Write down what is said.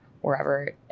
wherever